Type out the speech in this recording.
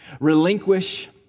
relinquish